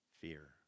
fear